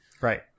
right